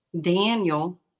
Daniel